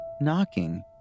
knocking